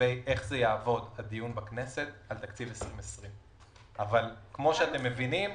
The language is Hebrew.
לגבי השאלה איך יעבוד הדיון בכנסת על תקציב 2020. כמו שאתם מבינים,